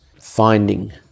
finding